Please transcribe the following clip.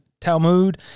Talmud